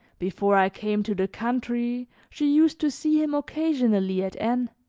before i came to the country, she used to see him occasionally at n,